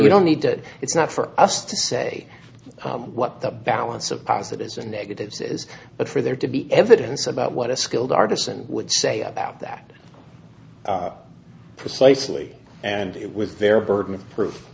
we don't need that it's not for us to say what the balance of positives and negatives is but for there to be evidence about what a skilled artisan would say about that precisely and it was their burden of proof